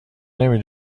نمی